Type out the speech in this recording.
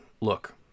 look